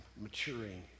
maturing